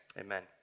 amen